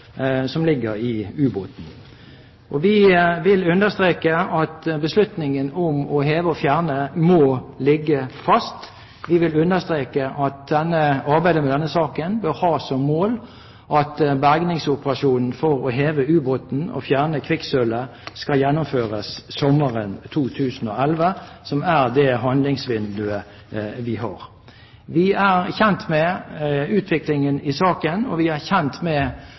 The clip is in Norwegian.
som ligger i ubåten. Vi vil understreke at beslutningen om å heve og fjerne må ligge fast. Vi vil understreke at arbeidet med denne saken bør ha som mål at bergingsoperasjonen for å heve ubåten og å fjerne kvikksølvet skal gjennomføres sommeren 2011, som er det handlingsvinduet vi har. Vi er kjent med utviklingen i saken. Vi er kjent med